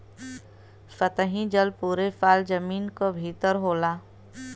सतही जल पुरे साल जमीन क भितर होला